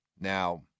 Now